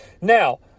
Now